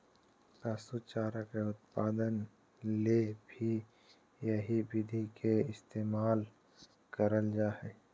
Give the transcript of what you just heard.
पशु चारा के उत्पादन ले भी यही विधि के इस्तेमाल करल जा हई